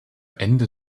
ende